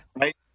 right